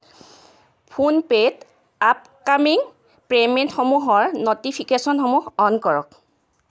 phone পে'ত upcoming পে'মেণ্টসমূহৰ ন'টিফিকেশ্যনসমূহ অন কৰক